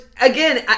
again